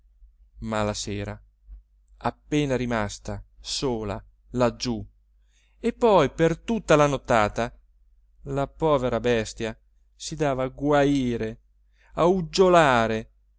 ma la sera appena rimasta sola laggiù e poi per tutta la nottata la povera bestia si dava a guaire a uggiolare a